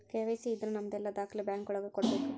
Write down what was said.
KYC ಇದ್ರ ನಮದೆಲ್ಲ ದಾಖ್ಲೆ ಬ್ಯಾಂಕ್ ಒಳಗ ಕೊಡ್ಬೇಕು